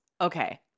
Okay